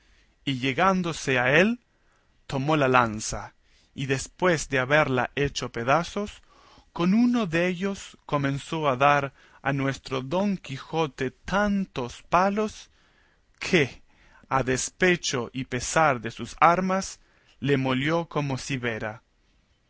y llegándose a él tomó la lanza y después de haberla hecho pedazos con uno dellos comenzó a dar a nuestro don quijote tantos palos que a despecho y pesar de sus armas le molió como cibera